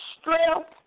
strength